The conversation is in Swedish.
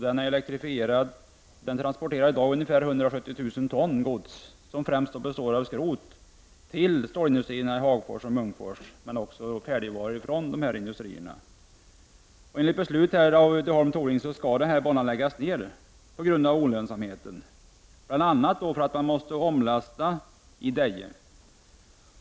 Den är elektrifierad, och den transporterar i dag ungefär 170 000 ton gods, som främst består av skrot, till stålindustrierna i Hagfors och Munkfors men också färdigvaror från dessa industrier. Enligt beslut av Uddeholm Tooling skall banan på grund av olönsamheten läggas ned. Detta beror bl.a. på att man måste omlasta i Deje.